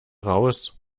raus